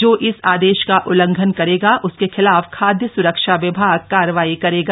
जो इस आदेश का उल्लंघन करेगा उसके खिलाफ खाद्य स्रक्षा विभाग कार्रवाई करेगा